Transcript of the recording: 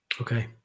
okay